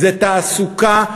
זה תעסוקה,